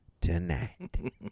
tonight